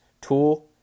tool